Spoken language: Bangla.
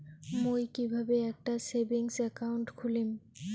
মুই কিভাবে একটা সেভিংস অ্যাকাউন্ট খুলিম?